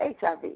HIV